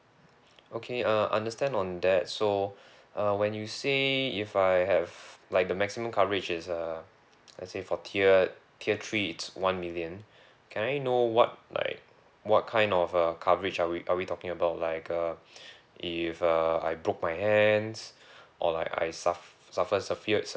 okay uh understand on that so uh when you say if I have like the maximum coverage is uh let's say for tier tier three it's one million can I know what like what kind of uh coverage are we are we talking about like uh if uh I broke my hands or like I suff~ suffers severed